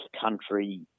country